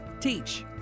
teach